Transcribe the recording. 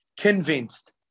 convinced